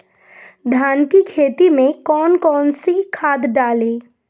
धान की खेती में कौन कौन सी खाद डालें?